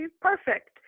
perfect